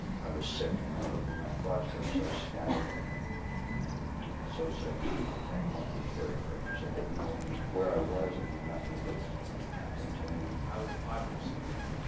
i was sick and and my thoughts were so scattered and and so psychotic at that point, i was very afraid, because i didn't know where i was, i did not know what was going to happen to me. i was a popular student.